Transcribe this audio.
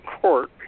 court